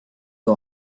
kui